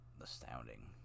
astounding